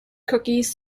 cookies